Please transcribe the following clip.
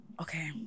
Okay